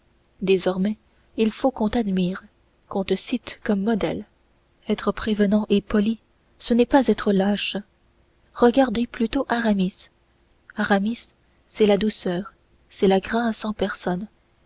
désormais il faut qu'on t'admire qu'on te cite comme modèle être prévenant et poli ce n'est pas être lâche regardez plutôt aramis aramis c'est la douceur c'est la grâce en personne